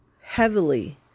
heavily